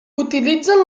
utilitzen